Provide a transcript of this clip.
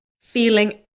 feeling